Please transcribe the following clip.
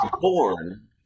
born